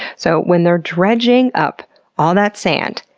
so when they're dredging up all that sand,